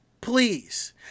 Please